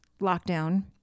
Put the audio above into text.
lockdown